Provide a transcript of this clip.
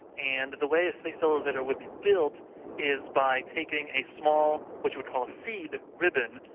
and the way a space elevator would be built is by taking a small what you would call seed ribbon,